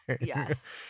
yes